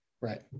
right